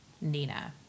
Nina